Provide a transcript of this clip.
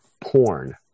porn